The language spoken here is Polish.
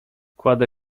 kładę